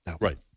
Right